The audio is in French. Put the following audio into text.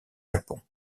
japon